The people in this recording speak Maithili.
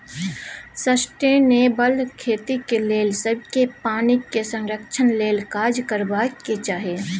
सस्टेनेबल खेतीक लेल सबकेँ पानिक संरक्षण लेल काज करबाक चाही